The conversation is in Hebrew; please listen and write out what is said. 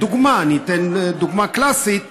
ניתן דוגמה קלאסית: